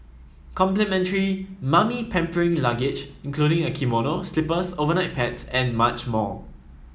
complimentary 'mummy pampering luggage' including a kimono slippers overnight pads and much more